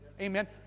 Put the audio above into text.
amen